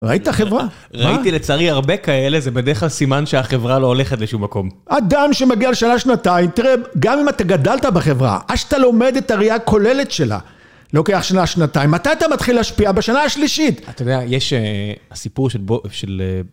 ראית חברה? ראיתי לצערי הרבה כאלה, זה בדרך כלל סימן שהחברה לא הולכת לשום מקום. אדם שמגיע לשנה שנתיים, תראה, גם אם אתה גדלת בחברה, עד שאתה לומד את הראייה הכוללת שלה. לוקח שנה-שנתיים, מתי אתה מתחיל להשפיע? בשנה השלישית. אתה יודע, יש, הסיפור של...